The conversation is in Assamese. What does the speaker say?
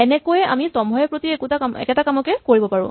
এনেকৈয়ে আমি স্তম্ভয়ে প্ৰতি একেটা কামকে কৰিব পাৰো